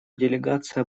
делегация